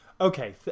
Okay